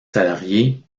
salariés